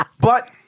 But-